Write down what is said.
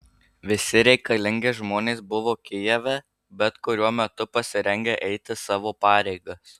visi reikalingi žmonės buvo kijeve bet kuriuo metu pasirengę eiti savo pareigas